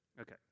okay